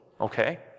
okay